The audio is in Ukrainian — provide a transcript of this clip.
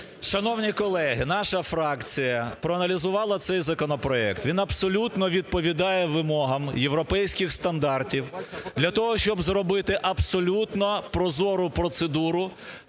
Шановні колеги, наша фракція проаналізувала цей законопроект, він абсолютно відповідає вимогам європейських стандартів, для того щоб зробити абсолютно прозору процедуру